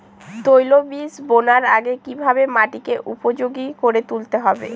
তৈলবীজ বোনার আগে কিভাবে মাটিকে উপযোগী করে তুলতে হবে?